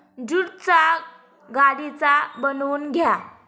ज्यूटचा गालिचा बनवून घ्या